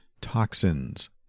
toxins